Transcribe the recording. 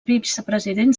vicepresident